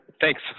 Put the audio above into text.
Thanks